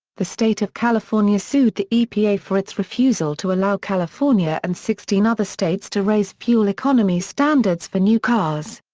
the state of california sued the epa for its refusal to allow california and sixteen other states to raise fuel economy standards for new cars.